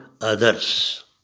others